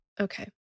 Okay